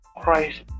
Christ